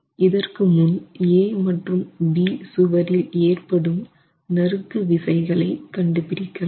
இதற்கு முன் A மற்றும் B சுவரில் ஏற்படும் நறுக்கு விசைகளை கண்டுபிடிக்கலாம்